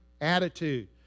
attitude